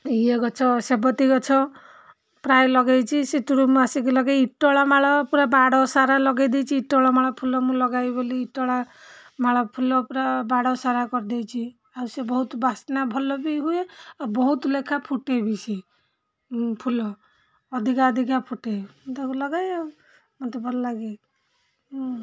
ଇଏ ଗଛ ସେବତୀ ଗଛ ପ୍ରାୟ ଲଗେଇଛି ସେଥିରୁ ମୁଁ ଆସିକି ଲଗେଇ ଇଟଳ ମାଳ ପୁରା ବାଡ଼ ସାରା ଲଗେଇ ଦେଇଛି ଇଟଳମାଳ ଫୁଲ ମୁଁ ଲଗାଇ ବୋଲି ଇଟଳା ମାଳ ଫୁଲ ପୁରା ବାଡ଼ ସାରା କରିଦେଇଛି ଆଉ ସେ ବହୁତ ବାସ୍ନା ଭଲ ବି ହୁଏ ଆଉ ବହୁତ ଲେଖା ଫୁଟେଇବି ସେ ଫୁଲ ଅଧିକା ଅଧିକା ଫୁଟେ ମୁଁ ତାକୁ ଲଗାଏ ଆଉ ମୋତେ ଭଲଲାଗେ